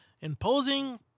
imposing